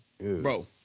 bro